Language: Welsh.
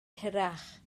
hirach